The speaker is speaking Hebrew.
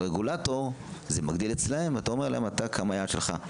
הרגולטור זה מגדיל את אצלם ואתה אומר להם מה היעד שלך.